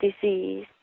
disease